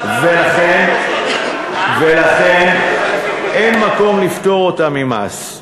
ולכן אין מקום לפטור אותם ממס.